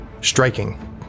striking